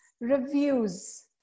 Reviews